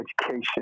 education